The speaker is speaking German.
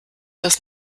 das